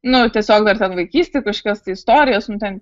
nu tiesiog dar vaikystėj kažkokias tai istorijas nu ten